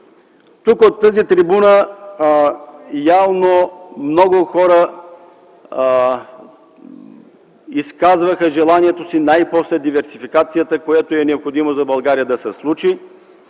Тук, от тази трибуна, явно много хора изказваха желанието си най-после диверсификацията, която е необходима за България, да се случи.